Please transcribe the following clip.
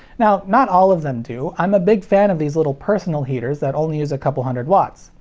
now, not all of them do. i'm a big fan of these little personal heaters that only use a couple hundred watts.